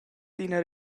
d’ina